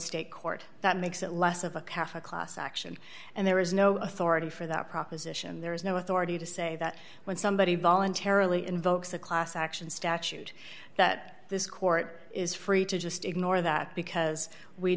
state court that makes it less of a calf a class action and there is no authority for that proposition there is no authority to say that when somebody voluntarily invokes a class action statute that this court is free to just ignore that because we